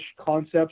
concepts